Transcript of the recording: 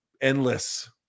endless